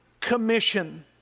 Commission